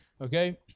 Okay